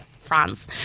France